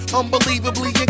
unbelievably